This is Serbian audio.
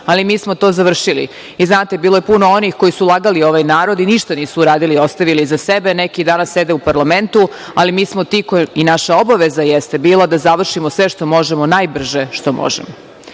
Ali, mi smo to završili. Znate, bilo je puno onih koji su lagali ovaj narod i ništa nisu uradili i ostavili iza sebe. Neki danas sede u parlamentu. Ali, mi smo ti i naša obaveza jeste bila da završimo sve što možemo, najbrže što možemo. Pitali